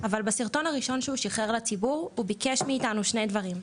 אבל בסרטון הראשון שהוא שיחרר לציבור הוא ביקש מאיתנו שני דברים,